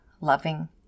loving